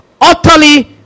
Utterly